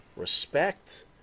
Respect